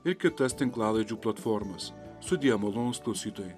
ir kitas tinklalaidžių platformas sudie malonūs klausytojai